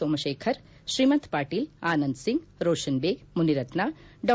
ಸೋಮಶೇಖರ್ ಶ್ರೀಮಂತ್ ಪಾಟೀಲ್ ಆನಂದ ಒಂಗ್ ರೋಷನ್ ದೇಗ್ ಮುನಿರತ್ನ ಡಾ